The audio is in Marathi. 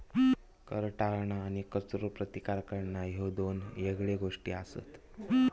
कर टाळणा आणि करचो प्रतिकार करणा ह्ये दोन येगळे गोष्टी आसत